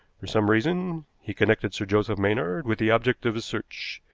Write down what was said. for some reason he connected sir joseph maynard with the object of his search,